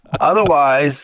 Otherwise